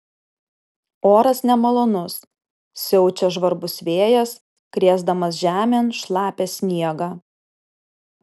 oras nemalonus siaučia žvarbus vėjas krėsdamas žemėn šlapią sniegą